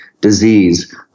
disease